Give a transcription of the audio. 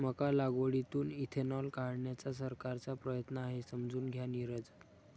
मका लागवडीतून इथेनॉल काढण्याचा सरकारचा प्रयत्न आहे, समजून घ्या नीरज